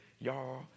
y'all